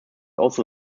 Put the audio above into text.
also